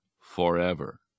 forever